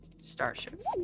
starship